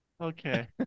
Okay